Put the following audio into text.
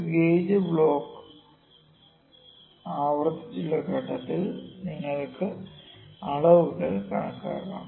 ഒരു ഗേജ് ബ്ലോക്കിലെ ആവർത്തിച്ചുള്ള ഘട്ടത്തിൽ നിങ്ങൾക്ക് അളവുകൾ കണക്കാക്കാം